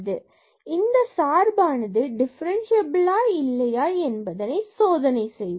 எனவே இந்த சார்பானது டிஃபரன்ஸ்சியபிலா இல்லையா என்பதை சோதனை செய்வோம்